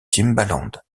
timbaland